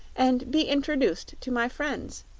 and be introduced to my friends.